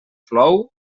plou